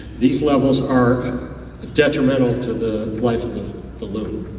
these levels are detrimental to the life of the loon.